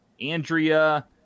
Andrea